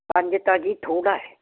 ਪੰਜ ਤਾਂ ਜੀ ਥੋੜ੍ਹਾ